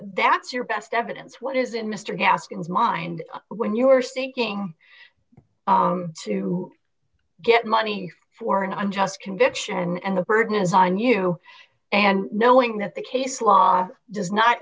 that's your best evidence what is in mr gaskins mind when you are seeking to get money for an unjust conviction and the burden is on you and knowing that the case law does not